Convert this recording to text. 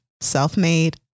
self-made